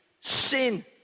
sin